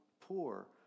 poor